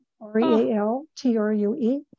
r-e-a-l-t-r-u-e